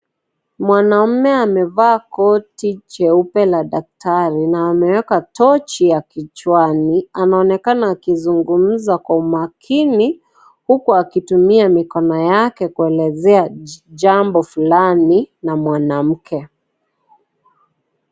Mwanaume aamevaa koti jeupe la dakari na ameweka tochi ya kichwani, anaonekana akizungumza kwa umakini, huku akitumia mikona yake kuelezea jambo fulani na mwanamke.